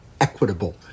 equitable